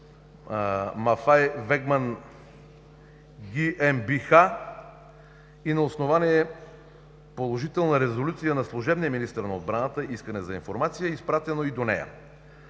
Мафай Вегман ГиЕмБиХа и на основание положителна резолюция на служебния министър на отбраната, „Искане за информация“ е изпратено и до нея.